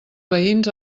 veïns